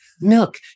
Milk